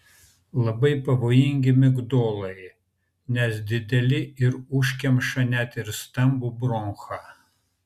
labai pavojingi migdolai nes dideli ir užkemša net ir stambų bronchą